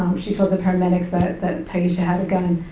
she told the paramedics that that tyisha had a gun,